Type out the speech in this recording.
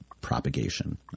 propagation